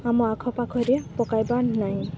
ଆମ ଆଖପାଖରେ ପକାଇବା ନାହିଁ